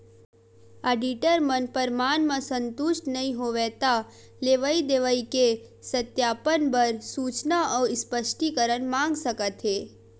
auditor मन परमान म संतुस्ट नइ होवय त लेवई देवई के सत्यापन बर सूचना अउ स्पस्टीकरन मांग सकत हे